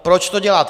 Proč to děláte?